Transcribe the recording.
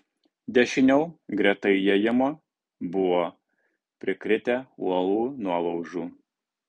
dešiniau greta įėjimo buvo prikritę uolų nuolaužų